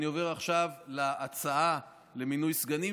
אני עובר עכשיו להצעה למינוי סגנים,